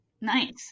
Nice